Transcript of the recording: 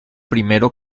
primero